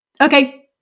Okay